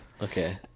Okay